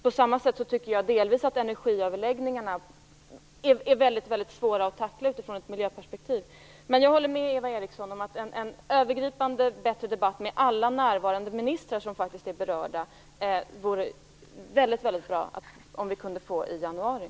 På samma sätt tycker jag att det delvis är svårt att tackla energiöverläggningarna från ett miljöperspektiv. Jag håller alltså med Eva Eriksson om att det vore väldigt bra om vi i januari kunde få en bättre, övergripande debatt, med alla berörda ministrar närvarande.